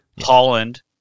Holland